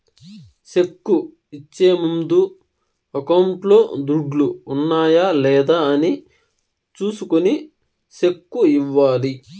cheque ఇచ్చే ముందు అకౌంట్లో దుడ్లు ఉన్నాయా లేదా అని చూసుకొని సెక్కు ఇవ్వాలి